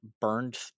burned